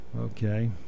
Okay